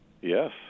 Yes